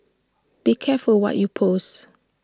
be careful what you post